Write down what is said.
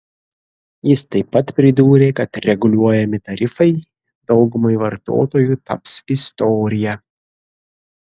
jis taip pat pridūrė kad reguliuojami tarifai daugumai vartotojų taps istorija